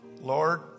Lord